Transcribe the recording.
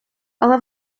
але